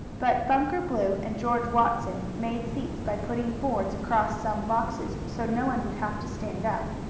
but bunker blue and george watson made seats by putting boards across some boxes, so no one would have to stand up.